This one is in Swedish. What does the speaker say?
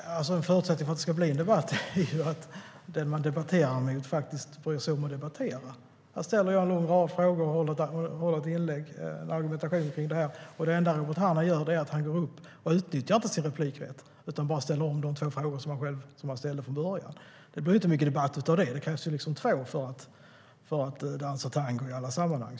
Herr talman! En förutsättning för att det ska bli en debatt är att den man debatterar med bryr sig om att debattera. Jag har ställt en rad frågor i mitt inlägg och i min argumentation kring det här, men Robert Hannah utnyttjar inte sin rätt till inlägg utan ställer bara om de två frågor som han ställde från början. Det blir inte mycket debatt av det. Det krävs liksom två för att dansa tango i alla sammanhang.